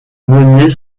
mener